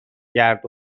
گرد